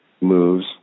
moves